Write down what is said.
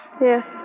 Yes